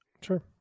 Sure